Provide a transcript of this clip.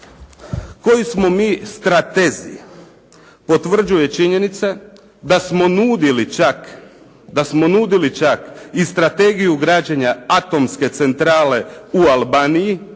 Koji smo mi stratezi, potvrđuje činjenica da smo nudili čak i strategiju građenja atomske centrale u Albaniji.